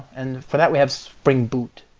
and for that, we have spring boot.